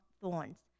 thorns